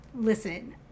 Listen